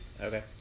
Okay